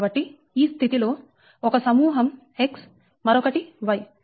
కాబట్టి ఈ స్థితిలో ఒక సమూహం X మరొకటి Y